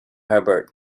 herbert